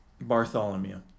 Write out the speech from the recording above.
Bartholomew